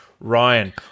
Ryan